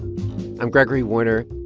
i'm gregory warner.